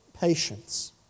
patience